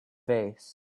vase